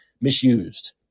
misused